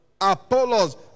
Apollos